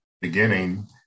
beginning